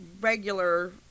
regular